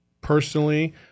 Personally